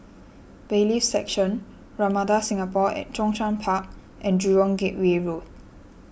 Bailiffs' Section Ramada Singapore at Zhongshan Park and Jurong Gateway Road